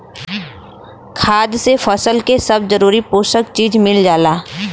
खाद से फसल के सब जरूरी पोषक चीज मिल जाला